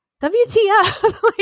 WTF